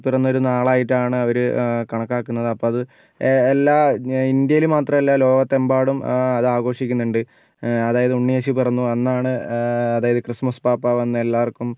പിറന്നൊരു നാളായിട്ടാണ് അവർ കണക്കാക്കുന്നത് അപ്പോൾ അത് എല്ലാ ഇന്ത്യയിൽ മാത്രമല്ല ലോകത്തെമ്പാടും അത് ആഘോഷിക്കുന്നുണ്ട് അതായത് ഉണ്ണിയേശു പിറന്നു അന്നാണ് അതായത് ക്രിസ്മസ് പാപ്പാ വന്ന് എല്ലാവർക്കും